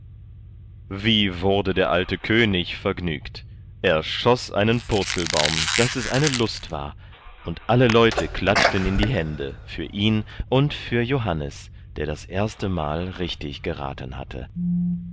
wie wurde der alte könig vergnügt er schoß einen purzelbaum daß es eine lust war und alle leute klatschten in die hände für ihn und für johannes der das erste mal richtig geraten hatte